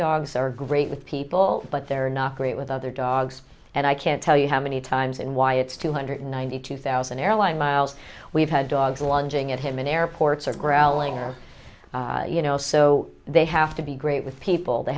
dogs are great with people but they're not great with other dogs and i can't tell you how many times and why it's two hundred ninety two thousand airline miles we've had dogs lunging at him in airports or grappling or you know so they have to be great with people they